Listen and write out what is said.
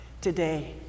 today